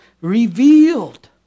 revealed